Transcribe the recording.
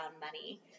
money